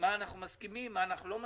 מה אנחנו מסכימים ומה אנחנו לא מסכימים?